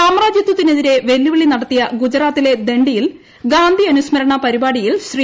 സാമ്രാജ്യത്തിനെതിരെ വെല്ലുവിളി നടത്തിയ ഗുജറാത്തിലെ ദണ്ഡിയിൽ ഗാന്ധിഅനുസ്മരണ പരിപാടിയിൽ ശ്രീ